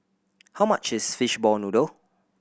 how much is fishball noodle